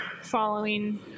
Following